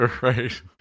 Right